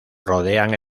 rodean